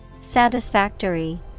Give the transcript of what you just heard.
Satisfactory